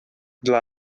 dla